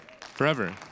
Forever